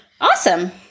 Awesome